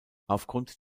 aufgrund